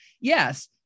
yes